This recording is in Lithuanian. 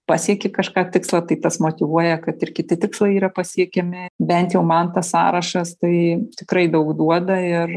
pasieki kažką tikslą tai tas motyvuoja kad ir kiti tikslai yra pasiekiami bent jau man tas sąrašas tai tikrai daug duoda ir